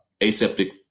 aseptic